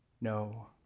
No